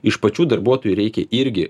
iš pačių darbuotojų reikia irgi